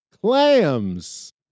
clams